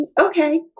okay